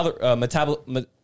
Metabolic